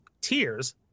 tears